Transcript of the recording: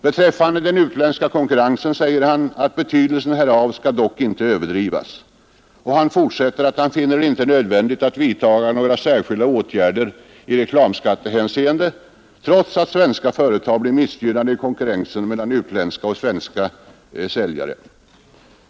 Beträffande den utländska konkurrensen säger han: ”Betydelsen härav skall dock inte överdrivas”, och han fortsätter med att säga att han inte finner det nödvändigt att vidta några särskilda åtgärder i reklamskattehänseende, trots att svenska företag blir missgynnade i konkurrensen mellan utländska och svenska säljare.